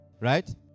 Right